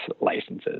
licenses